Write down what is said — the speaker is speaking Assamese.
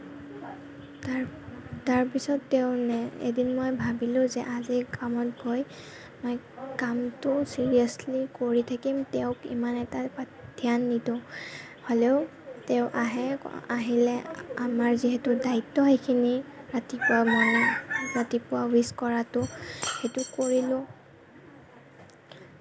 তাৰ তাৰপিছত তেওঁ নে এদি মই ভাবিলোঁ যে আজি কামত গৈ মই কামটো ছিৰিয়াছলি কৰি থাকিম তেওঁক ইমান এটা পাত্ ধ্যান নিদোঁ হ'লেও তেওঁ আহে আহিলে আমাৰ যিহেতু দায়িত্ব সেইখিনি ৰাতিপুৱা মানে ৰাতিপুৱা উইছ্ কৰাটো সেইটো কৰিলোঁ